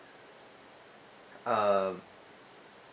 uh